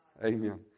Amen